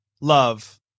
love